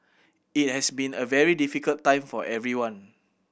it has been a very difficult time for everyone